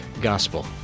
gospel